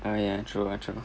I mean ya true ah true